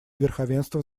верховенства